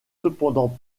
cependant